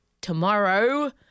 tomorrow